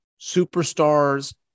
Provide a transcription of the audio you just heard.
superstars